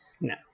No